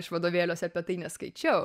aš vadovėliuose apie tai neskaičiau